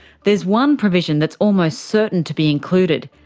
there's one provision that's almost certain to be included.